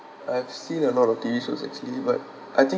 I've seen a lot of T_V shows actually but I think